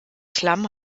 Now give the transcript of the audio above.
klamm